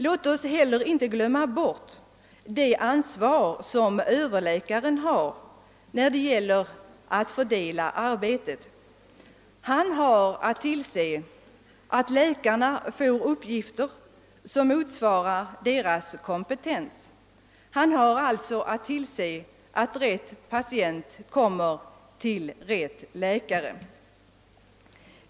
Låt oss heller inte glömma det ansvar som överläkaren har för den öppna vården. Han har att leda underordnade läkares arbete och fördela arbetet mellan dem. Han har att tillse att läkarna får uppgifter som motsvarar deras kompetens, och han har alltså att tillse att rätt patient kommer till rätt läkare.